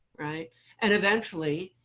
and eventually,